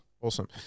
Awesome